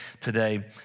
today